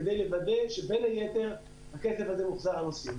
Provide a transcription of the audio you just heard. כדי לוודא שבין היתר הכסף הזה מוחזר לנוסעים.